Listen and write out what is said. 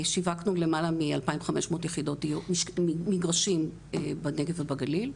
שיווקנו למעלה מ-2,500 מגרשים בנגב ובגליל.